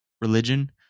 Religion